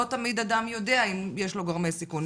לא תמיד אדם יודע אם יש לו גורמי סיכון.